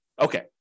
okay